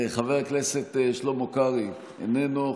חבר הכנסת שלמה קרעי, איננו.